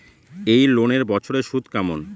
এই লোনের বছরে সুদ কেমন?